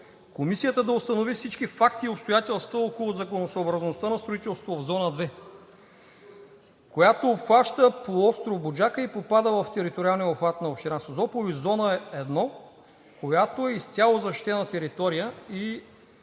Комисията да установи всички факти и обстоятелства около законосъобразността на строителството в Зона 2, която обхваща полуостров Буджака и попада в териториалния обхват на община Созопол, и Зона 1, която е изцяло защитена територия и